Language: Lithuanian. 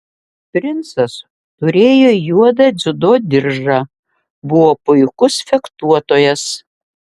princas turėjo juodą dziudo diržą buvo puikus fechtuotojas